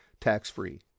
tax-free